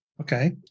Okay